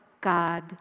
God